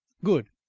good!